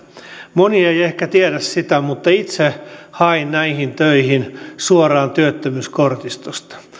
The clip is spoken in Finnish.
moni ei ehkä tiedä sitä mutta itse hain näihin töihin suoraan työttömyyskortistosta